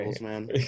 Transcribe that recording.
man